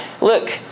Look